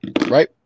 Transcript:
right